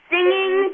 Singing